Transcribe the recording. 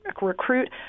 recruit